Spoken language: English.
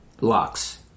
locks